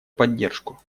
поддержку